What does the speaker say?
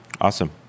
Awesome